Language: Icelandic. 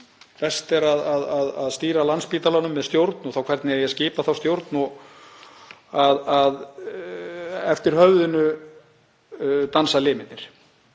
sé að stýra Landspítalanum með stjórn og þá hvernig eigi að skipa þá stjórn, að eftir höfðinu dansi limirnir.